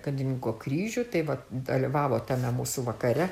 karininko kryžių taip vat dalyvavo tame mūsų vakare